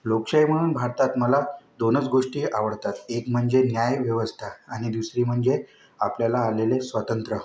लोकशाही म्हणून भारतात मला दोनच गोष्टी आवडतात एक म्हणजे न्यायव्यवस्था आणि दुसरी म्हणजे आपल्याला आलेले स्वातंत्र्य